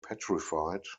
petrified